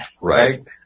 Right